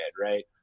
right